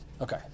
Okay